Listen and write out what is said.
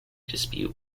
dispute